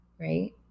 right